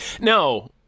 No